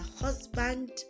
husband